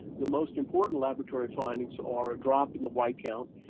the most important laboratory findings are a drop in the white count.